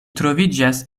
troviĝas